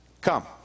come